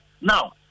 Now